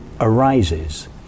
arises